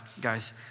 guys